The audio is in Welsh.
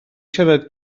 siarad